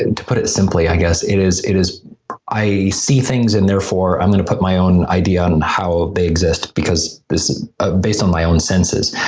and to put it simply i guess, it is, it is i see things and therefore i'm going to put my own idea and on how they exist because this is ah based on my own senses,